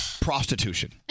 Prostitution